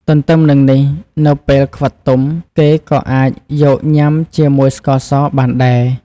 ទន្ទឹមនឹងនេះ នៅពេលខ្វិតទុំ គេក៏អាចយកញ៉ាំជាមួយស្ករសបានដែរ។